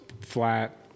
flat